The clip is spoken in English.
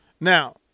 Now